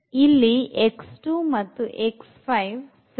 ಇಲ್ಲಿ free variables